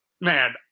man